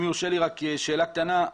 אם יורשה לי רק שאלה קטנה.